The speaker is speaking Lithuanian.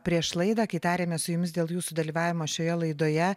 prieš laidą kai tarėmės su jumis dėl jūsų dalyvavimo šioje laidoje